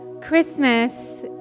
Christmas